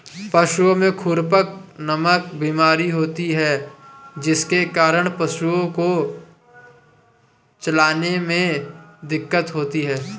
पशुओं में खुरपका नामक बीमारी होती है जिसके कारण पशुओं को चलने में दिक्कत होती है